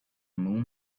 moon